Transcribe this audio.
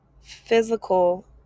physical